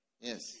Yes